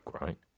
right